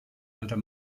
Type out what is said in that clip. alter